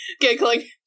Giggling